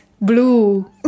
blue